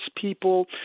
people